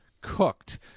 Cooked